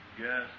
Yes